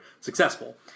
successful